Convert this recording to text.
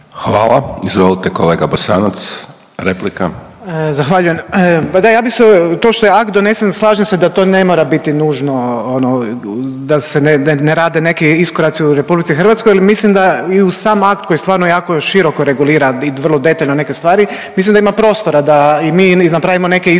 Gordan (Možemo!)** Zahvaljujem. Pa da ja bi se, to što je akt donesen slažem se da to ne mora biti nužno ono da se ne rade neki iskoraci u Republici Hrvatskoj. Jer mislim da i u sam akt koji stvarno jako široko regulira i vrlo detaljno neke stvari mislim da ima prostora da i mi napravimo neke iskorake